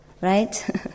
Right